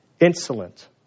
insolent